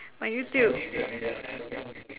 my YouTube